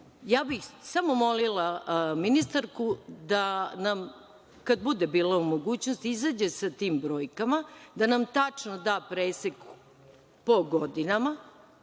Samo bih molila ministarku da nam, kad bude bila u mogućnosti, izađe sa tim brojkama, da nam tačno da presek po godinama,